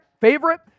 favorite